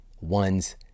one's